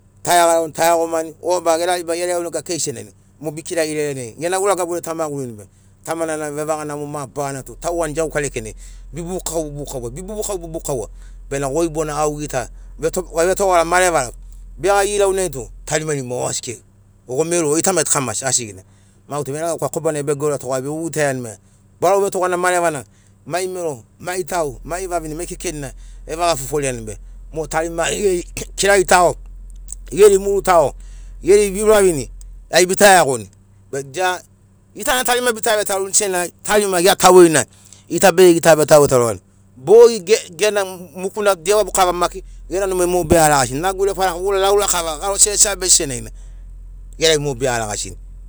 Taiago taiagomani o bag era ribai gera iaunega kei senagina mo bekragia ilailanai gen aura gaburiai tamagurini be tamanana vevaganamo mabarana tu tauani iauka lekenai be bubukaua bena goi bona au gita vetogara marevara be irau nai tu tarimarima asi kei go mero gita mai tu kamasi asigina mai tu veregauka kobanai be goritoga be ogitaiani ma barau vetogana marevana mai mero mai tau mai vavine mai kekenina geva foforiani mo tarima geri kiragitago geri murutago geri veuravini senagina tarima ia taugerina gita be gita vetau vetarani bogi gena mukuna maki gera numai mo be ragasi nagure faraka gura laura kava gara sesa besi senagina gerai mo beragasi